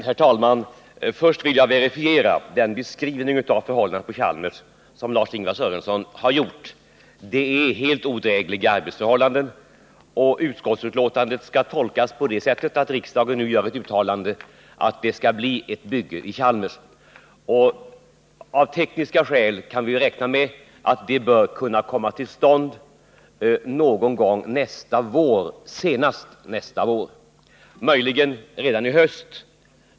Herr talman! Först vill jag verifiera den beskrivning av förhållandena på Chalmers som Lars-Ingvar Sörenson har lämnat. Det är helt odrägliga arbetsförhållanden. Utskottsbetänkandet skall tolkas på det sättet att riksdagen nu gör ett uttalande att det skall bli ett bygge vid Chalmers. Av tekniska skäl kan vi räkna med att det bör kunna påbörjas någon gång senast nästa vår, möjligen redan i höst.